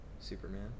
Superman